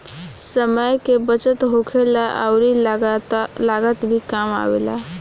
समय के बचत होखेला अउरी लागत भी कम आवेला